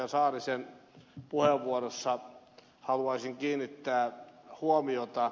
saarisen puheenvuorossa haluaisin kiinnittää huomiota